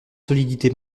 solidité